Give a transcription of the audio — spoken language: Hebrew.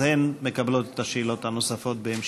הן מקבלות את השאלות הנוספות בהמשך.